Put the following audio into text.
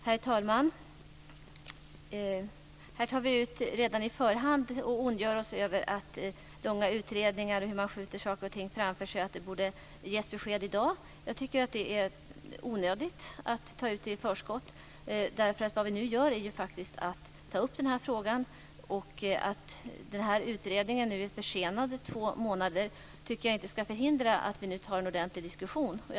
Herr talman! Här ondgör ni er redan i förväg över långa utredningar och att man skjuter saker och ting framför sig. Ni tycker att det borde ges besked i dag. Jag tycker att det är onödigt att ta ut detta i förskott. Vad vi nu gör är ju faktiskt att vi tar upp den här frågan. Att utredningen är försenad två månader tycker jag inte ska förhindra att vi tar en ordentlig diskussion nu.